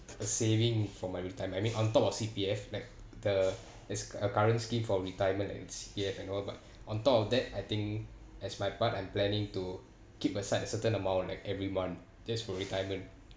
saving for my retirement I mean on top of C_P_F like the is a current scheme for retirement and C_P_F and all but about on top of that I think as my part I'm planning to keep aside a certain amount like every month just for retirement